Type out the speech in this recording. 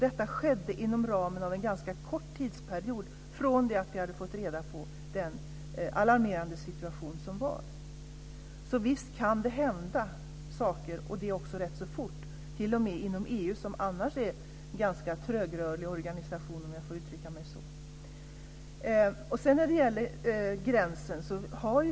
Detta skedde inom loppet av en ganska kort tidsperiod från det att vi hade fått reda på den alarmerande situation som var, så visst kan det hända saker - och också rätt så fort och t.o.m. inom EU som annars är en trögrörlig organisation, om jag får uttrycka mig så.